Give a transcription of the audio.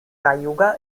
cayuga